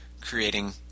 creating